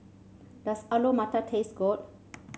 does Alu Matar taste good